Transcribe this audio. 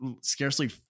scarcely